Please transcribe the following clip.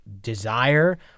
desire